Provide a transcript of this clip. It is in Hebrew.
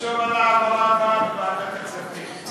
תחשוב על ההעברה הבאה בוועדת הכספים.